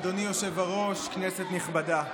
אדוני היושב-ראש, כנסת נכבדה,